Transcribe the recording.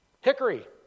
Hickory